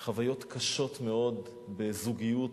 חוויות קשות מאוד בזוגיות,